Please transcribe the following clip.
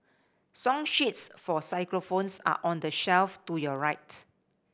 song sheets for xylophones are on the shelf to your right